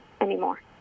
anymore